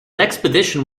expedition